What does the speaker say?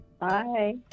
Bye